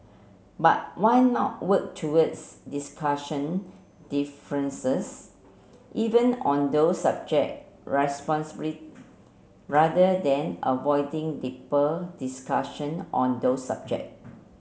but why not work towards discussion differences even on those subject responsibly rather than avoiding deeper discussion on those subject